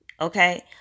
Okay